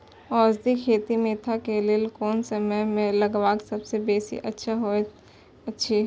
औषधि खेती मेंथा के लेल कोन समय में लगवाक सबसँ बेसी अच्छा होयत अछि?